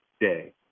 day